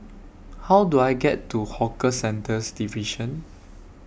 How Do I get to Hawker Centres Division